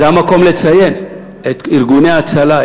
זה המקום לציין את ארגוני ההצלה,